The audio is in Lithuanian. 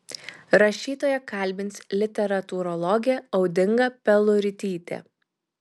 rašytoją kalbins literatūrologė audinga peluritytė